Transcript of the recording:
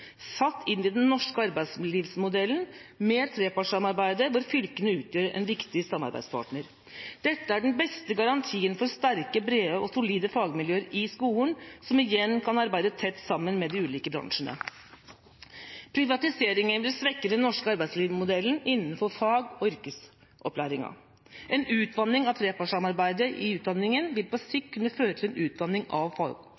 satt inn i den norske arbeidslivsmodellen med trepartssamarbeidet, hvor fylkene utgjør en viktig samarbeidspartner. Dette er den beste garantien for sterke, brede og solide fagmiljøer i skolene, som igjen kan arbeide tett sammen med de ulike bransjene. Privatisering vil svekke den norske arbeidslivsmodellen innenfor fag- og yrkesopplæringen. En utvanning av trepartssamarbeidet i utdanningen vil på sikt kunne føre til en utvanning av